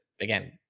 again